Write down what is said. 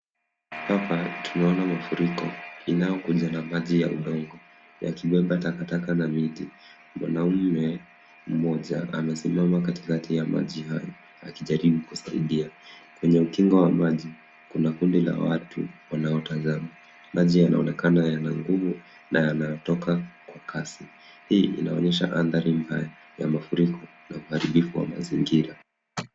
Hapa tunaona mafuriko inayo kuja na maji ya udongo yakibeba takataka na miti. Mwanaume mmoja amesimama katikati maji hayo akijaribu kusaidia. Kwenye ukingo wa maji kuna kundi la watu wanao tazama. Maji yanaonekana yana nguvu na yana toka kwa kasi, hii inaonyesha andhari mbaya ya mafuriko na mbadiliko wa mazingira.